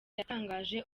yatangaje